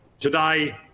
today